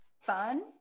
fun